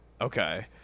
Okay